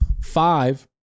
five